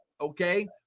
okay